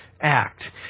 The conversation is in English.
act